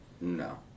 No